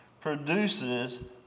produces